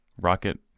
rocket